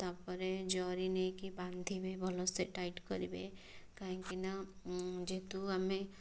ତାପରେ ଜରି ନେଇକି ବାନ୍ଧିବେ ଭଲ ସେ ଟାଇଟ କରିବେ କାହିଁକିନା ଯେହେତୁ ଆମେ